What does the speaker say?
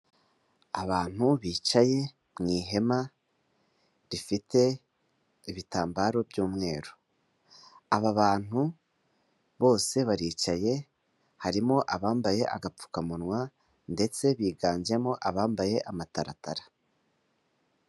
Abantu bicaye mu ihema rifite ibitambaro by'umweru. Aba bantu bose baricaye, harimo abambaye agapfukamunwa, ndetse biganjemo abambaye amataratara.